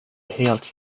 helt